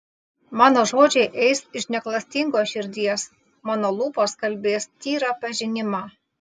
mano žodžiai eis iš neklastingos širdies mano lūpos kalbės tyrą pažinimą